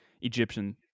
Egyptian